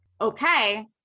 Okay